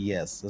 Yes